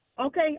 Okay